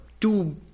two